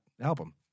album